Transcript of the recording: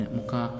Muka